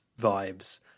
vibes